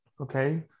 okay